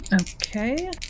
okay